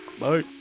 Bye